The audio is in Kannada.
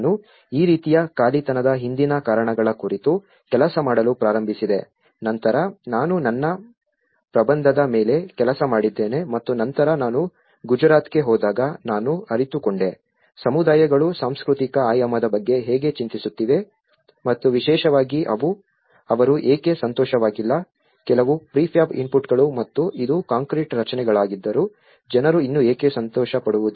ನಾನು ಈ ರೀತಿಯ ಖಾಲಿತನದ ಹಿಂದಿನ ಕಾರಣಗಳ ಕುರಿತು ಕೆಲಸ ಮಾಡಲು ಪ್ರಾರಂಭಿಸಿದೆ ನಂತರ ನಾನು ನನ್ನ ಪ್ರಬಂಧದ ಮೇಲೆ ಕೆಲಸ ಮಾಡಿದ್ದೇನೆ ಮತ್ತು ನಂತರ ನಾನು ಗುಜರಾತ್ಗೆ ಹೋದಾಗ ನಾನು ಅರಿತುಕೊಂಡೆ ಸಮುದಾಯಗಳು ಸಾಂಸ್ಕೃತಿಕ ಆಯಾಮದ ಬಗ್ಗೆ ಹೇಗೆ ಚಿಂತಿಸುತ್ತಿವೆ ಮತ್ತು ವಿಶೇಷವಾಗಿ ಅವರು ಏಕೆ ಸಂತೋಷವಾಗಿಲ್ಲ ಕೆಲವು ಪ್ರಿಫ್ಯಾಬ್ ಇನ್ಪುಟ್ಗಳು ಮತ್ತು ಇದು ಕಾಂಕ್ರೀಟ್ ರಚನೆಗಳಾಗಿದ್ದರೂ ಜನರು ಇನ್ನೂ ಏಕೆ ಸಂತೋಷಪಡುವುದಿಲ್ಲ